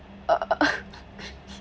uh